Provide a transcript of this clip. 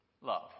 Love